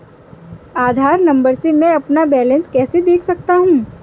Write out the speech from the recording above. आधार number से मैं अपना बैलेंस कैसे देख सकता हूँ?